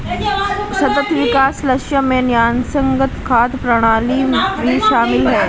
सतत विकास लक्ष्यों में न्यायसंगत खाद्य प्रणाली भी शामिल है